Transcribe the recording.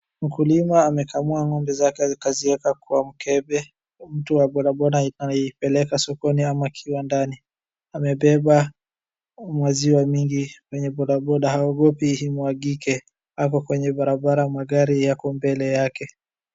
Mkulima amekamua ng'ombe zake akazieka kwa mkembe. Mtu wa bodaboda anaipeleka sokoni akiwa ndani amebeba maziwa mingi kwenye bodaboda haogopi imwangike ako kwenye barabara magari yako mbele yake.